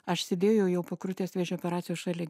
aš sėdėjau jau po krūties vėžio operacijos šalia